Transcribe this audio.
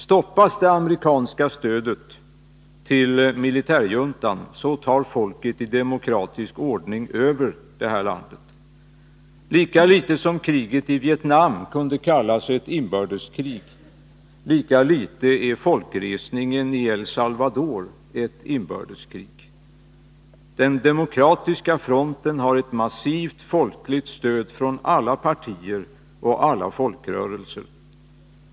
Stoppas det amerikanska stödet till militärjuntan, tar folket i demokratisk ordning över landet. Lika litet som kriget i Vietnam kunde kallas ett inbördeskrig, lika litet är folkresningen i El Salvador ett inbördeskrig. Den demokratiska fronten har ett massivt folkligt stöd från alla partier och alla folkrörelser.